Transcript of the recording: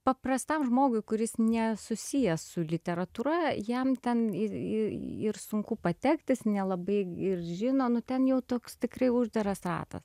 paprastam žmogui kuris nesusijęs su literatūra jam ten ir ir ir sunku patekti jis nelabai ir žino nu ten jau toks tikrai uždaras ratas